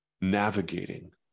Navigating